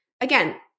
Again